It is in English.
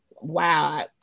wow